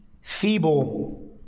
feeble